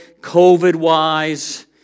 COVID-wise